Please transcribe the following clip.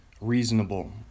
reasonable